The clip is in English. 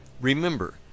Remember